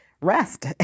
rest